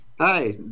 Hi